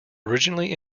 originally